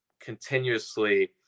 continuously